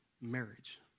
Marriage